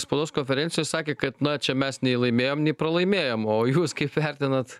spaudos konferencijoj sakė kad na čia mes nei laimėjom nei pralaimėjom o jūs kaip vertinat